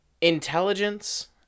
intelligence